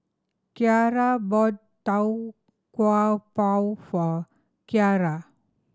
Kyara bought Tau Kwa Pau for Kyara